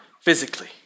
physically